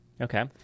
Okay